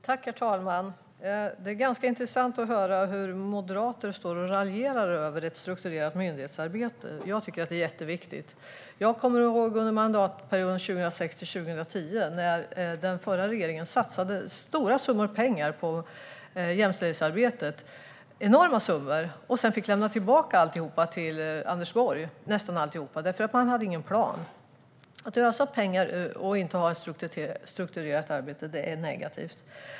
Herr talman! Det är ganska intressant att höra hur moderater står och raljerar över ett strukturerat myndighetsarbete. Jag tycker att det är jätteviktigt. Jag kommer ihåg att regeringen under mandatperioden 2006-2010 satsade enorma summor pengar på jämställdhetsarbetet och sedan fick lämna tillbaka nästan alltihop till Anders Borg därför att man inte hade någon plan. Att ösa pengar och inte ha något strukturerat arbete är negativt.